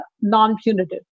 non-punitive